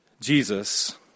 Jesus